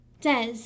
Des